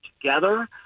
together